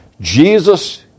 Jesus